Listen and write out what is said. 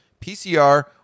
PCR